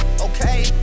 Okay